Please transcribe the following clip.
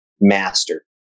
master